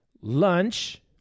lunch